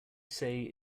say